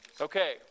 Okay